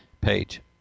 page